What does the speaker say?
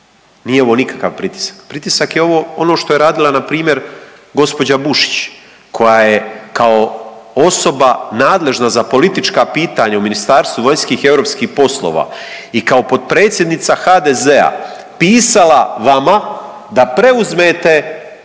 nije ovo nikakav pritisak. Pritisak je ovo ono što je radila na primjer gospođa Bušić koja je kao osoba nadležna za politička pitanja u Ministarstvu vanjskih i europskih poslova i kao potpredsjednica HDZ-a pisala vama da preuzmete